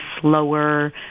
slower